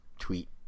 tweet